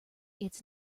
it’s